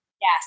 Yes